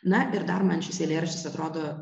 na ir dar man šis eilėraštis atrodo